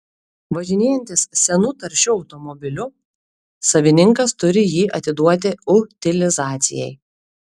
važinėjantis senu taršiu automobiliu savininkas turi jį atiduoti utilizacijai